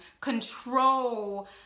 control